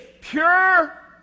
pure